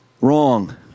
Wrong